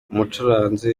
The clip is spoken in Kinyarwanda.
umucuranzi